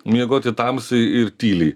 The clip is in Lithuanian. miegoti tamsiai ir tyliai